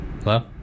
Hello